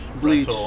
Bleach